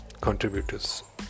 contributors